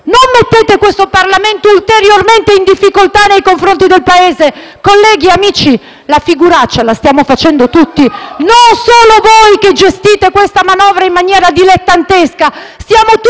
Non mettete questo Parlamento ulteriormente in difficoltà nei confronti del Paese. Colleghi, amici, la figuraccia la stiamo facendo tutti, e non solo voi che gestite questa manovra in maniera dilettantesca.